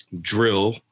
drill